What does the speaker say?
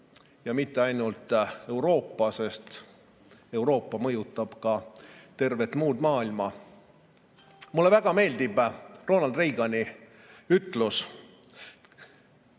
Ja mitte ainult Euroopa oma, sest Euroopa mõjutab tervet maailma. Mulle väga meeldib Ronald Reagani ütlus,